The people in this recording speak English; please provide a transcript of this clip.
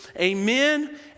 amen